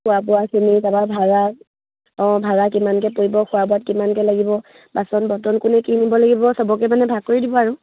খোৱা বোৱাখিনি তাৰপৰা ভাড়া অঁ ভাড়া কিমানকৈ পৰিব খোৱা বোৱাত কিমানকৈ লাগিব বাচন বৰ্তন কোনে কিনিব লাগিব সবকে মানে ভাগ কৰি দিব আৰু